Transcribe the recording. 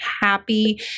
happy